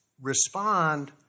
respond